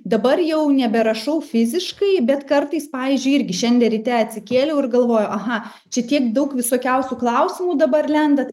dabar jau neberašau fiziškai bet kartais pavyzdžiui irgi šiandien ryte atsikėliau ir galvoju aha čia tiek daug visokiausių klausimų dabar lenda